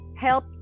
help